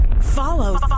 Follow